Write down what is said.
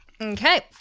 Okay